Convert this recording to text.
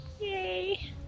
Yay